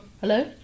Hello